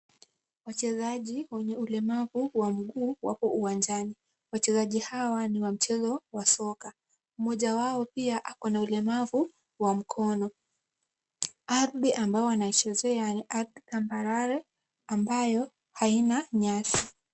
Wachezaji wenye ulemavu wa mguu wapo uwanjani. Wachezaji hawa ni wa mchezo wa soka. Mmoja wao pia ako na ulemavu wa mkono. Ardhi ambayo wanaichezea ni ardhi tambarare ambayo haina nyasi.